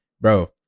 Bro